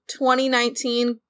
2019